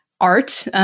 art